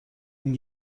این